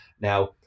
Now